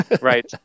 Right